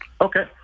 Okay